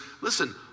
Listen